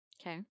Okay